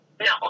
No